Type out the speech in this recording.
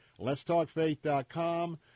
Letstalkfaith.com